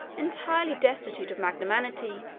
entirely destitute of magnanimity.